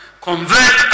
convert